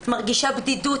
את מרגישה בדידות.